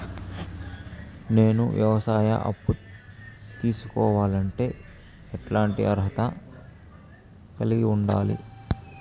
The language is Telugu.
నేను వ్యవసాయ అప్పు తీసుకోవాలంటే ఎట్లాంటి అర్హత కలిగి ఉండాలి?